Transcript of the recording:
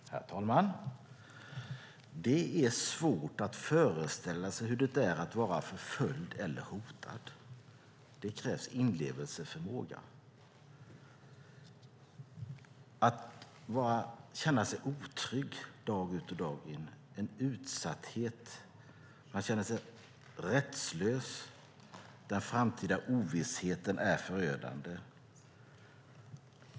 Herr talman! Det är svårt att föreställa sig hur det är att vara förföljd eller hotad. Det krävs inlevelseförmåga. Det handlar om att känna sig otrygg dag in och dag ut. Det är en utsatthet där man känner sig rättslös, och den framtida ovissheten är förödande.